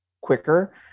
quicker